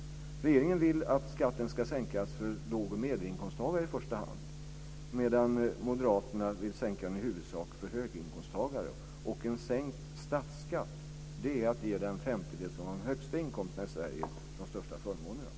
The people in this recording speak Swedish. Regeringen vill att skatten ska sänkas för låg och medelinkomsttagare i första hand, medan moderaterna vill sänka för i huvudsak höginkomsttagare. En sänkt statsskatt är att ge den femtedel som har de högsta inkomsterna i Sverige de största förmånerna.